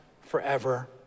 forever